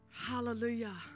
Hallelujah